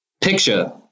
Picture